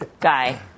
guy